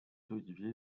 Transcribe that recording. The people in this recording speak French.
olivier